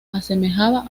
asemejaba